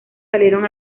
salieron